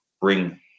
bring